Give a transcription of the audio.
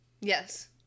Yes